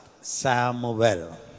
Samuel